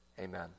Amen